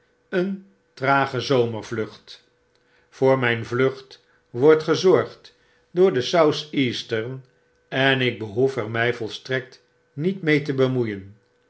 een trage zomervlucht voor mijn vlucht wordt gezorgd door de southeastern en ik behoef er mfi volstrekt niet mee te bemoeien